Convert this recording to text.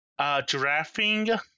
Giraffing